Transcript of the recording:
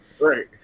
right